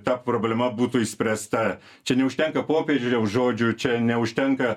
ta problema būtų išspręsta čia neužtenka popiežiaus žodžių čia neužtenka